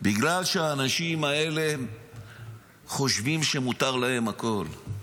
בגלל שהאנשים האלה חושבים שמותר להם הכול.